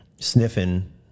sniffing